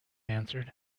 answered